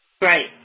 Right